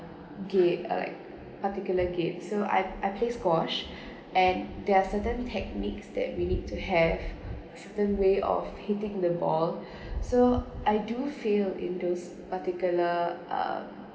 game uh like particular game so I I play squash and there are certain techniques that we need to have certain way of hitting the ball so I do feel in those particular uh